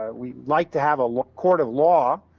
ah we like to have a court of law